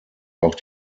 auch